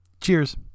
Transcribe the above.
Cheers